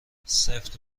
سفت